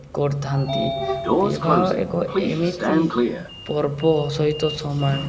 କରିଥାନ୍ତି ବିବାହ ଏକ ଏମିତି ପର୍ବ ସହିତ ସମାନ